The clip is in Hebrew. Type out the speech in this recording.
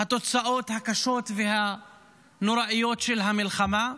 התוצאות הקשות והנוראיות של המלחמה.